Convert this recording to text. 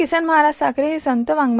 किसन महाराज साखरे हे संत वाढू